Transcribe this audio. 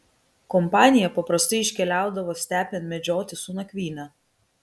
kompanija paprastai iškeliaudavo stepėn medžioti su nakvyne